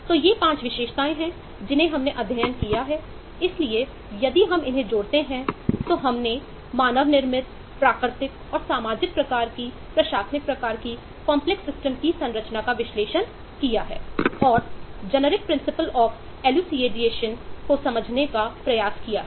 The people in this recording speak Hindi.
तो ये 5 विशेषताएं हैं जिन्हें हमने अध्ययनकिया हैं इसलिए यदि हमइन्हें जोड़ते हैं तो हमने मानव निर्मित प्राकृतिक और सामाजिक प्रकार की प्रशासनिक प्रकार की कॉम्प्लेक्स सिस्टम को समझने का प्रयास किया है